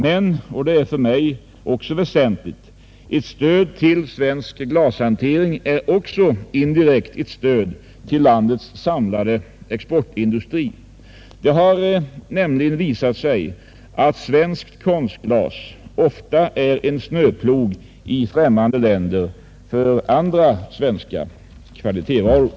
Men — och det är för mig också väsentligt — ett stöd till svensk glashantering är även indirekt ett stöd till landets samlade exportindustri. Det har nämligen visat sig att svenskt konstglas ofta är en snöplog i främmande länder för andra svenska kvalitetsvaror.